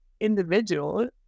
individual